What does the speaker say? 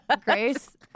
Grace